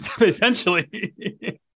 essentially